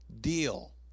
deal